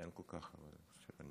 אין כל כך חברי כנסת,